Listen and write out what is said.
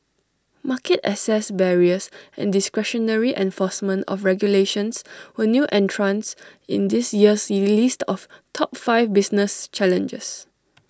market access barriers and discretionary enforcement of regulations were new entrants in this year's list of top five business challenges